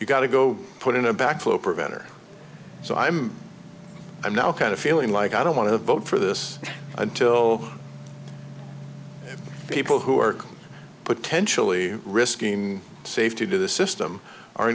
you've got to go put in a backflow preventer so i'm i'm now kind of feeling like i don't want to vote for this until people who are potentially risking safety to the system are